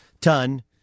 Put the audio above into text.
ton